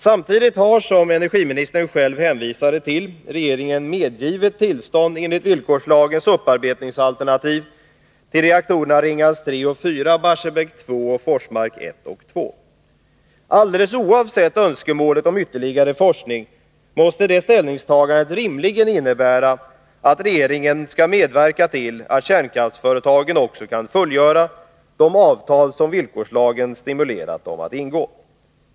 Samtidigt har, som energiministern själv framhåller, regeringen medgivit tillstånd enligt villkorslagens upparbetningsalternativ till reaktorerna Ringhals 3 och 4, Barsebäck 2 samt Forsmark 1 och 2. Alldeles oavsett önskemålet om ytterligare forskning måste det ställningstagandet rimligen innebära att regeringen skall medverka till att kärnkraftsföretagen också kan fullgöra de avtal som villkorslagen har stimulerat dem att ingå.